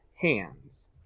hands